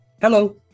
Hello